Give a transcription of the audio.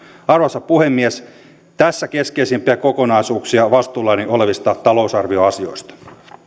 arvoisa puhemies tässä keskeisimpiä kokonaisuuksia vastuullani olevista talousarvioasioista